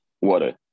Water